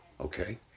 Okay